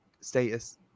status